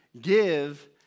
give